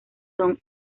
son